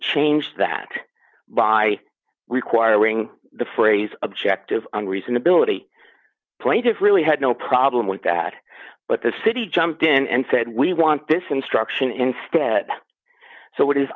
change that by requiring the phrase objective and reasonability plaintive really had no problem with that but the city jumped in and said we want this instruction instead so what is